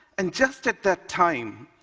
and just at that time,